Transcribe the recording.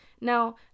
Now